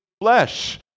flesh